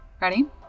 Ready